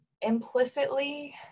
Implicitly